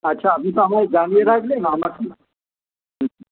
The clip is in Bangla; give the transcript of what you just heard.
আচ্ছা আপনি আমায় জানিয়ে থাকবেন আমাকে হু